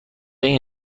این